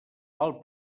val